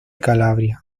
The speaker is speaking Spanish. calabria